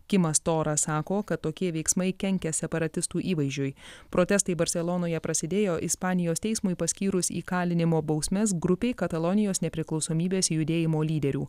kima stora sako kad tokie veiksmai kenkia separatistų įvaizdžiui protestai barselonoje prasidėjo ispanijos teismui paskyrus įkalinimo bausmes grupei katalonijos nepriklausomybės judėjimo lyderių